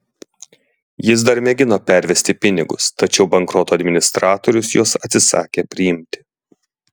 jis dar mėgino pervesti pinigus tačiau bankroto administratorius juos atsisakė priimti